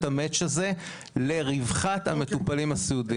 הmatch הזה לרווחת המטופלים הסיעודיים.